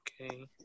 Okay